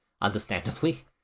understandably